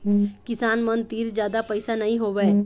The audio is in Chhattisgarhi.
किसान मन तीर जादा पइसा नइ होवय